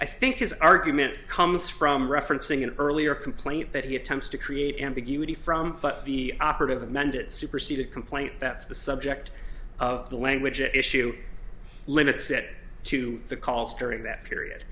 i think his argument comes from referencing an earlier complaint that he attempts to create ambiguity from but the operative amended superseded complaint that's the subject of the language issue limits it to the calls during that period